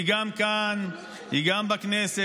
היא גם כאן, היא גם בכנסת.